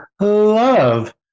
love